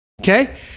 okay